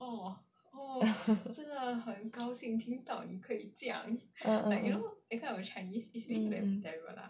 uh uh mm